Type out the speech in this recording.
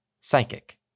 Psychic